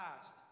past